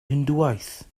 hindŵaeth